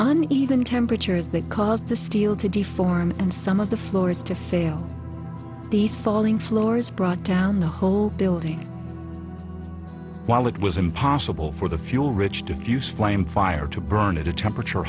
on even temperatures that caused the steel to deform and some of the floors to fail the sprawling floors brought down the whole building while it was impossible for the fuel rich to fuse flame fire to burn at a temperature